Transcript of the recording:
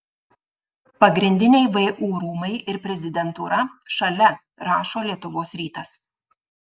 pagrindiniai vu rūmai ir prezidentūra šalia rašo lietuvos rytas